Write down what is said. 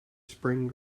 spring